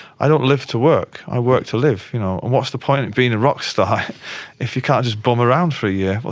i don't live to work, i work to live, you know and what's the point of being a rock star if you can't just bum around for a year?